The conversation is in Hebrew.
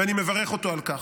ואני מברך אותו על כך.